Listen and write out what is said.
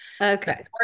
okay